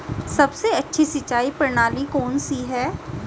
सबसे अच्छी सिंचाई प्रणाली कौन सी है?